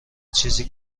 چیزی